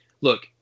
look